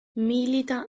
milita